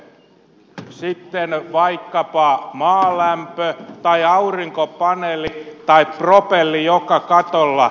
onko se sitten vaikkapa maalämpö tai aurinkopaneeli tai propelli joka katolla